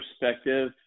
perspective